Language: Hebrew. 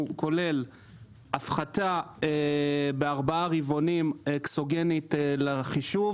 הוא כולל הפחתה בארבעה רבעונים אקסוגנית לחישוב